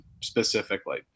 specifically